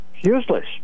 useless